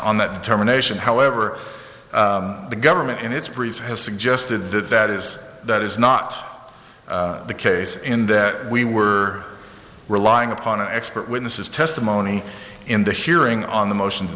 on that determination however the government in its brief has suggested that that is that is not the case in that we were relying upon an expert witnesses testimony in the hearing on the motions